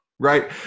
Right